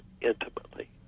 Intimately